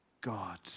God